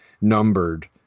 numbered